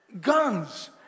Guns